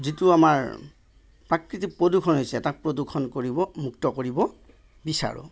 যিটো আমাৰ প্ৰাকৃতিক প্ৰদূষণ হৈছে তাক প্ৰদূষণ কৰিব মুক্ত কৰিব বিচাৰোঁ